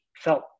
felt